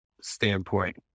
standpoint